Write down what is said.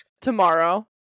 tomorrow